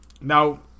Now